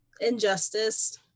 injustice